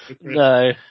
No